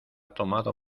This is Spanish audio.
tomado